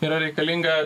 yra reikalinga